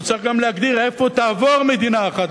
הוא צריך גם להגדיר איפה תעבור מדינה אחת,